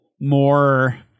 more